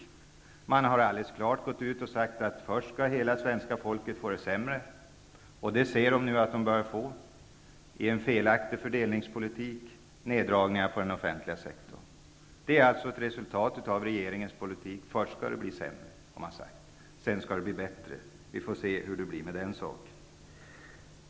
Regeringen har alldeles klart gått ut och sagt att först skall hela svenska folket få det sämre. Det ser folket nu att de börjar få, med en felaktig fördelningspolitik och neddragningar inom den offentliga sektorn. Det är alltså ett resultat av regeringens politik. Först skall det bli sämre, har man sagt. Sedan skall det bli bätre. Vi får se hur det blir med den saken.